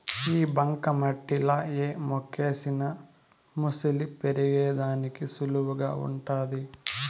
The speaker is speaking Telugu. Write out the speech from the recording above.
ఈ బంక మట్టిలా ఏ మొక్కేసిన మొలిసి పెరిగేదానికి సులువుగా వుంటాది